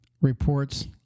Reports